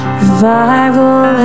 revival